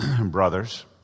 brothers